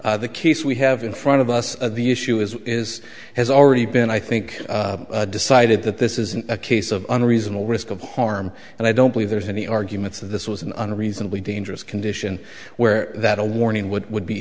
insufficient the case we have in front of us the issue is is has already been i think decided that this isn't a case of unreasonable risk of harm and i don't believe there's any arguments that this was an unreasonably dangerous condition where that a warning would would be